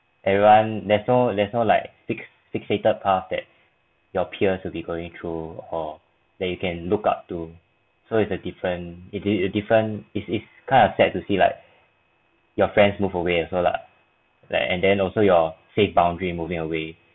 everyone there's no there's no like fix fixated path that your peers will be going through or that you can look at to so it's a different a different it's it's kind of sad to see like your friends move away also lah like and then also your safe boundary moving away